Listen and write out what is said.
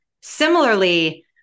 Similarly